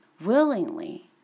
willingly